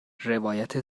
روایت